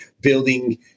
building